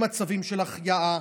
במצבים של החייאה,